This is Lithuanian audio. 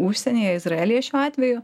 užsienyje izraelyje šiuo atveju